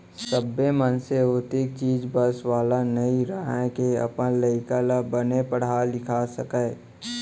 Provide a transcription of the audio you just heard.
सब्बो मनसे ओतेख चीज बस वाला नइ रहय के अपन लइका ल बने पड़हा लिखा सकय